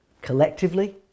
collectively